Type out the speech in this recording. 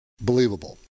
believable